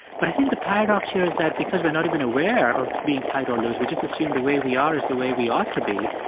but i think the paradox here is that because we're not even aware of being tight or loose, we just assume the way we are is the way we ought to be.